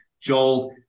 Joel